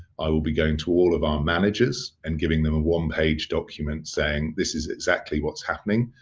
i will be going to all of our managers and giving them a one-page document saying, this is exactly what's happening.